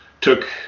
took